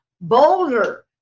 bolder